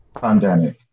pandemic